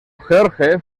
george